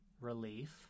relief